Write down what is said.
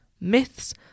myths